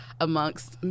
amongst